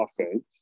offense